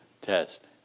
test